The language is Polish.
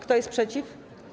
Kto jest przeciw?